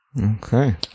Okay